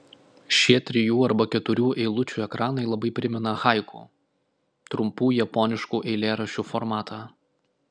šie trijų arba keturių eilučių ekranai labai primena haiku trumpų japoniškų eilėraščių formatą